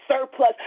surplus